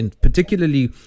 particularly